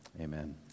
Amen